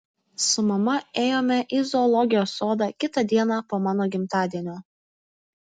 su mama ėjome į zoologijos sodą kitą dieną po mano gimtadienio